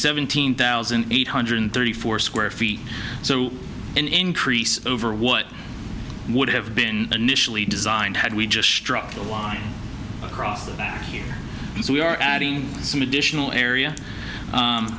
seventeen thousand eight hundred thirty four square feet so an increase over what would have been initially designed had we just struck a line across the back here so we are adding some additional area